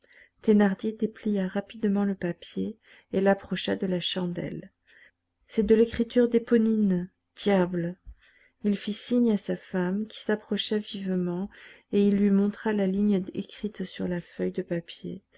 thénardier déplia rapidement le papier et l'approcha de la chandelle c'est de l'écriture d'éponine diable il fit signe à sa femme qui s'approcha vivement et il lui montra la ligne écrite sur la feuille de papier